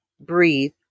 breathe